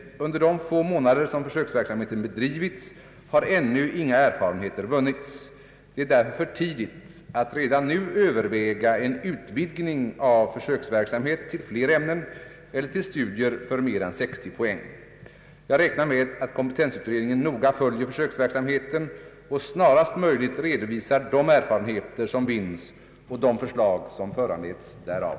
Under de få månader som försöksverksamheten bedrivits har ännu inga erfarenheter vunnits. Det är därför för tidigt att redan nu överväga en utvidgning av försöksverksamhet till flera ämnen eller till studier för mer än 60 poäng. Jag räknar med att kompetensutredningen noga följer försöksverksamheten och snarast möjligt redovisar de erfarenheter som vinns och de förslag som föranleds därav.